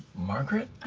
margaret?